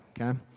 okay